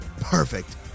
Perfect